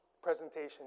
presentation